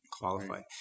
qualified